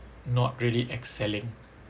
not really excelling